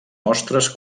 mostres